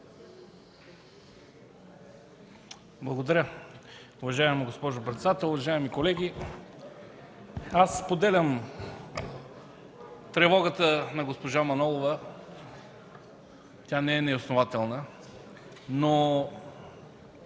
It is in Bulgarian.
Благодаря. Уважаема госпожо председател, уважаеми колеги! Споделям тревогата на госпожа Манолова, тя не е неоснователна.